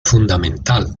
fundamental